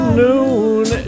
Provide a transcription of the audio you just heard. noon